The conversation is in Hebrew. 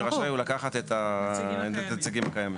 ורשאי הוא לקחת את הנציגים הקיימים.